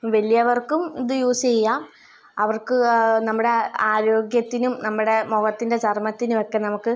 വലിയവർക്കും ഇത് യൂസ് ചെയ്യാം അവർക്ക് നമ്മുടെ ആരോഗ്യത്തിനും നമ്മുടെ മുഖത്തിൻ്റെ ചർമ്മത്തിനുമൊക്കെ നമുക്ക്